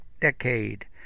decade